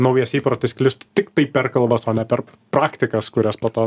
naujas įprotis sklistų tiktai per kalbas o ne per praktikas kurias po to